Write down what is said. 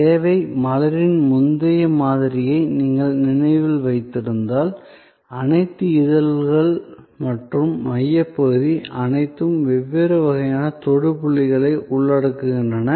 சேவை மலரின் முந்தைய மாதிரியை நீங்கள் நினைவில் வைத்திருந்தால் அனைத்து இதழ்கள் மற்றும் மையப்பகுதி அனைத்தும் வெவ்வேறு வகையான தொடு புள்ளிகளை உள்ளடக்குகின்றன